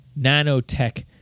nanotech